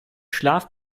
schlaf